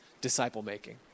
disciple-making